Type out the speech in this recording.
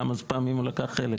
כמה פעמים הוא לקח חלק.